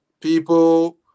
People